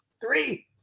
Three